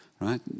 right